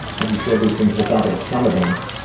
have you shared these things with others? some of them.